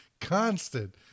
constant